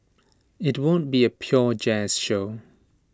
IT won't be A pure jazz show